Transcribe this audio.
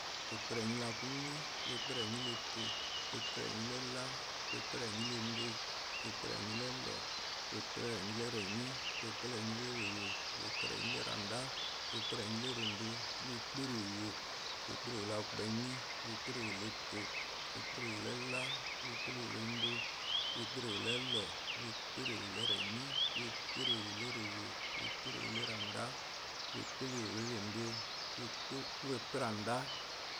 Owo ekperenyi la kunyi owo ekperenyi la epuo owo ekperenyi la ella owo ekperenyi la endoo owo ekperenyi la ellur owo ekperenyi la erenyi owo ekperenyi la erawo owo ekperenyi la erandáá owo ekperenyi la eendo owo ekperewo owo ekperewo la kunyi owo ekperewo la epuo owo ekperewo la ell owo ekperewo la endoo owo ekperewo ellur owo ekperewo la erandáá owo ekperanda, owo